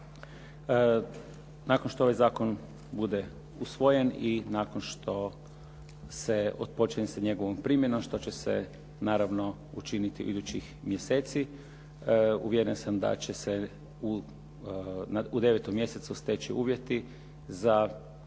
Nakon što ovaj zakon bude usvojen i nakon što se otpočne sa njegovom primjenom, što će se naravno učiniti idućih mjeseci, uvjeren sam da će se u 9. mjesecu steći uvjeti za pozitivnu